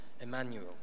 Emmanuel